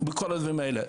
בכל הדברים האלה,